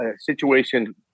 situation